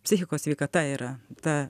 psichikos sveikata yra ta